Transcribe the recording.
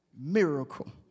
miracle